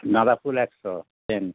গাঁদা ফুল একশো চেইন